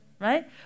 right